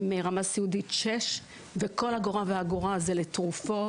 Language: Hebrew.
הם רמה סיעודית 6 וכל אגורה ואגורה זה לתרופות,